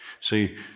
See